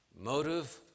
motive